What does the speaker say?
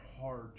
hard